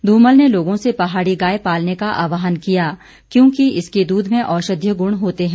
ध़मल ने लोगों से पहाड़ी गाय पालने का आहवान किया क्योंकि इसके दूध में औषधीय गुण होते हैं